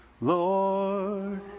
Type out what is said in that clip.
Lord